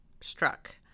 struck